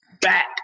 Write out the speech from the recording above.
back